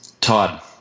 Todd